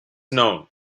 known